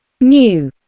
New